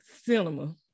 Cinema